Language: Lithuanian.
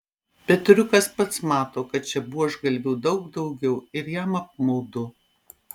petriukas pats mato kad čia buožgalvių daug daugiau ir jam apmaudu